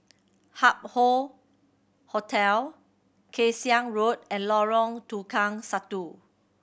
Hup Hoe Hotel Kay Siang Road and Lorong Tukang Satu